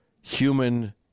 human